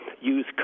use